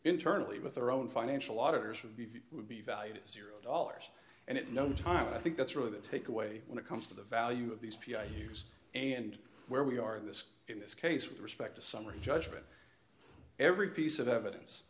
internally with their own financial auditors would be would be valued at zero dollars and at no time and i think that's really the takeaway when it comes to the value of these p i use and where we are in this in this case with respect to summary judgment every piece of evidence